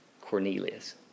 Cornelius